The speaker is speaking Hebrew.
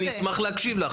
אני אשמח להקשיב לך.